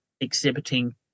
exhibiting